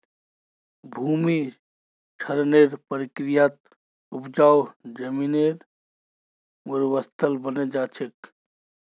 भूमि क्षरनेर प्रक्रियात उपजाऊ जमीन मरुस्थल बने जा छे